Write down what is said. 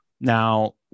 Now